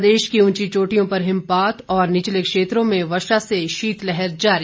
प्रदेश की उंची चोटियों पर हिमपात और निचले क्षेत्रों में वर्षा से शीतलहर जारी